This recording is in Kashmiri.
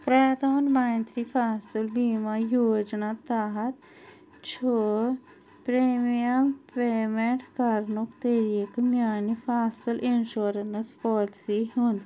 پرادھان منتری فصل بیٖما یوجنا تحت چھُ پرِمِیم پریویٹ کَرنُک طٔریٖقہٕ میٛانہِ فصل اِنشورنٕس پالیسی ہُنٛد